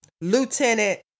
Lieutenant